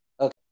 okay